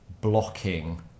blocking